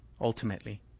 ultimately